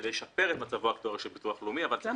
כדי לשפר את מצבו האקטוארי של הביטוח הלאומי --- למה